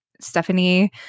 Stephanie